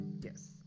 Yes